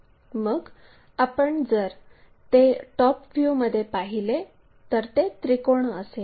मग आपण जर ते टॉप व्ह्यूमध्ये पाहिले तर ते त्रिकोण असेल